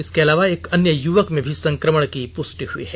इसके अलावे एक अन्य युवक में भी संक्रमण की पुष्टि हुई है